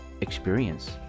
experience